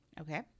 Okay